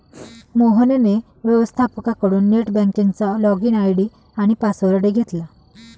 मोहनने व्यवस्थपकाकडून नेट बँकिंगचा लॉगइन आय.डी आणि पासवर्ड घेतला